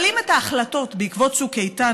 אבל אם את ההחלטות בעקבות צוק איתן,